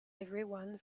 everyone